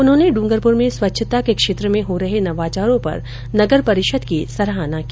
उन्होंने ड्रंगरपूर में स्वच्छता के क्षेत्र में हो रहे नवाचारों पर नगर परिषद की सराहना की